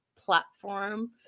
platform